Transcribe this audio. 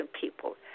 people